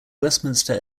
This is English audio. westminster